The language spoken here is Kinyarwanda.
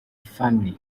family